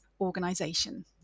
Organisation